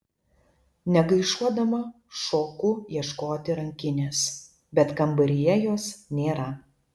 negaišuodama šoku ieškoti rankinės bet kambaryje jos nėra